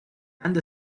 and